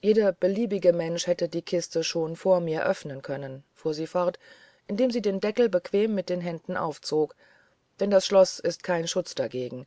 jeder beliebige mensch hätte die kiste schon vor mir öffnen können fuhr sie fort indem sie den deckel bequem mit den händen aufzog denndasschloßistkeinschutzdagegen